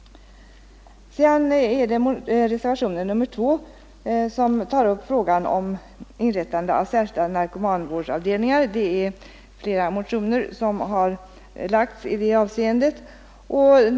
Sedan har vi reservationen 2 som tar upp frågan om inrättandet av särskilda narkomanvårdsavdelningar. Det är flera motioner som har väckts i denna fråga.